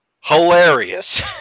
hilarious